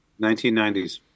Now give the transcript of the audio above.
1990s